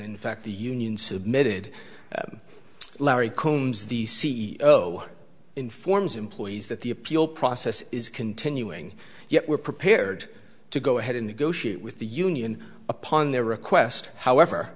in fact the union submitted larry combs the c e o informs employees that the appeal process is continuing yet we're prepared to go ahead and go shoot with the union upon their request however